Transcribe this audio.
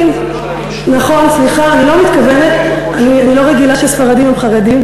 הנציגים המכובדים שיושבים כאן אתנו ולבושים כחרדים,